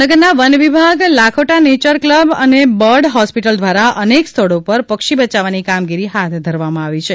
જામનગરના વન વિભાગ લાખોટા નેચર ક્લબ અને બર્ડ હોસ્પિટલ દ્વારા અનેક સ્થળો પર પક્ષી બચાવવાની કામગીરી હાથ ધરવામાં આવી છે